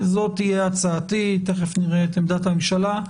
זאת הצעתי, ועוד מעט נראה מהי עמדת הממשלה.